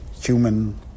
human